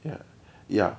ya ya